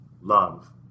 Love